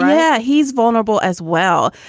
yeah, he's vulnerable as well.